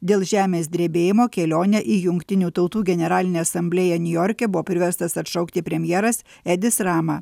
dėl žemės drebėjimo kelionę į jungtinių tautų generalinę asamblėją niujorke buvo priverstas atšaukti premjeras edis rama